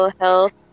health